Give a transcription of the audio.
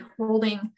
holding